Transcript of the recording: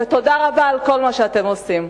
ותודה רבה על כל מה שאתם עושים.